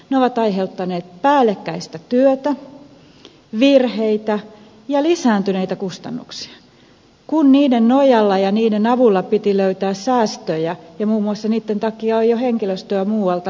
ne ovat aiheuttaneet päällekkäistä työtä virheitä ja lisääntyneitä kustannuksia kun niiden nojalla ja niiden avulla piti löytää säästöjä ja muun muassa niitten takia on jo henkilöstöä muualta leikattu